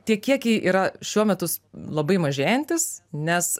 tie kiekiai yra šiuo metu labai mažėjantys nes